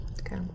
Okay